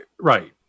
right